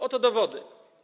Oto dowody.